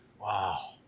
Wow